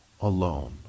alone